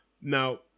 Now